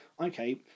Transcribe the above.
Okay